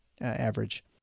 average